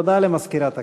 הודעה למזכירת הכנסת.